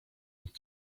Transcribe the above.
and